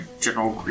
General